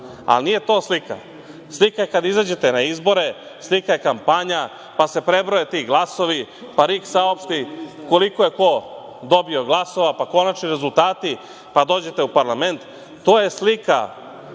ali nije to slika, slika je kada izađete na izbore, slika je kampanja, pa se prebroje ti glasovi, pa RIK saopšti koliko je ko dobio glasova, pa konačni rezultati, pa dođete u parlament, to je slika